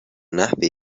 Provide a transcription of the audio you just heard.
نحوی